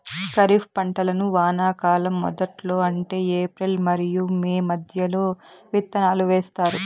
ఖరీఫ్ పంటలను వానాకాలం మొదట్లో అంటే ఏప్రిల్ మరియు మే మధ్యలో విత్తనాలు వేస్తారు